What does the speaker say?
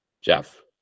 Jeff